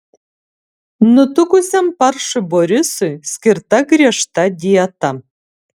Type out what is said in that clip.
nutukusiam paršui borisui skirta griežta dieta